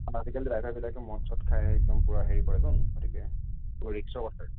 আজিকালি ড্ৰাইভাৰবিলাকে মদ চদ খায় একদম পুৰা হেৰি কৰে ন গতিকে বহুত ৰিস্কৰ কথা